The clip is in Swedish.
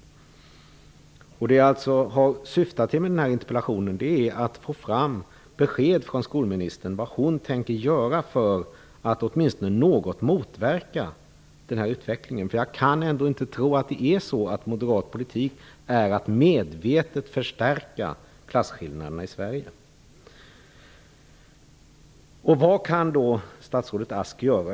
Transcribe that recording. Syftet med den här interpellationen är att få fram besked från skolministern om vad hon tänker göra för att åtminstone något motverka den här utvecklingen. Jag kan ändå inte tro att moderat politik är att medvetet förstärka klasskillnaderna i Vad kan då statsrådet Ask göra?